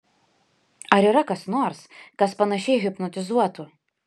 ar yra kas nors kas panašiai hipnotizuotų